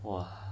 !wah!